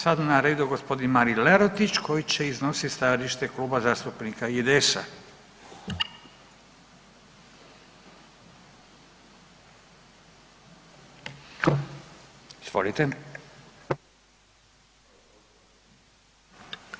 Sada je na redu gospodin Marin Lerotić koji će iznositi stajalište Kluba zastupnika IDS-a.